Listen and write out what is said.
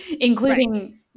including